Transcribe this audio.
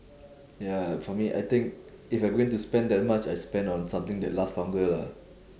ya for me I think if I going spend that much I spend on something that last longer lah